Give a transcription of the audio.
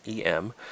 EM